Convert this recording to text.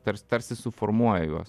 tars tarsi suformuoja juos